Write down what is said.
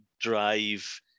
drive